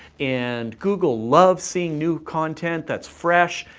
and google loves seeing new content that's fresh,